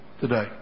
today